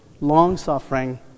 long-suffering